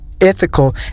ethical